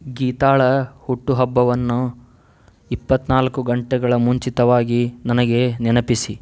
ಗೀತಾಳ ಹುಟ್ಟುಹಬ್ಬವನ್ನು ಇಪ್ಪತ್ತ್ನಾಲ್ಕು ಗಂಟೆಗಳ ಮುಂಚಿತವಾಗಿ ನನಗೆ ನೆನಪಿಸಿ